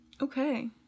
Okay